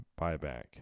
buyback